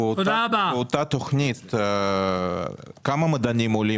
אותה תוכנית, כמה מדענים עולים